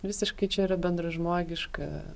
visiškai čia yra bendražmogiška